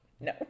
No